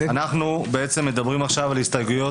אנחנו מדברים עכשיו על הסתייגויות